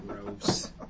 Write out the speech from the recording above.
Gross